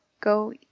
go